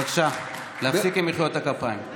בבקשה, להפסיק עם מחיאות הכפיים.